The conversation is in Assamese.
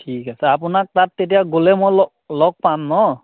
ঠিক আছে আপোনাক তাত তেতিয়া গ'লে মই লগ লগ পাম ন